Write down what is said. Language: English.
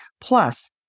Plus